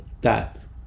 death